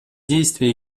действия